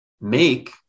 make